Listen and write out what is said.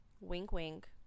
wink-wink